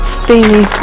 steamy